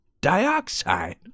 dioxide